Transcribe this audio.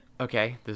Okay